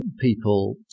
people